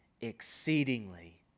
exceedingly